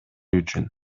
үчүн